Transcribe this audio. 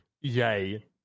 yay